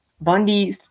bundy